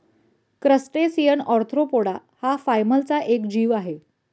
crustacean arthropoda हा फायलमचा एक जीव आहे